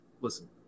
listen